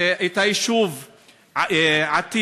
את היישוב עתיר.